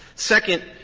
second,